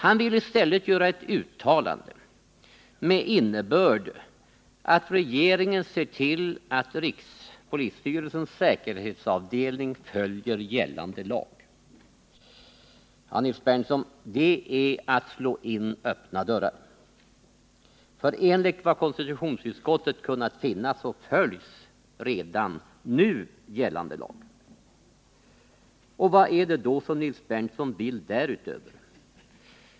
Han vill i stället att riksdagen gör ett uttalande med innebörden att regeringen bör se till att rikspolisstyrelsens säkerhetsavdelning följer gällande lag. Det är, Nils Berndtson, att slå in öppna dörrar. Enligt vad konstitutionsutskottet kunnat finna följs redan nu gällande lag. Vad är det då som Nils Berndtson vill därutöver?